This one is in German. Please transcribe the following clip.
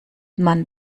man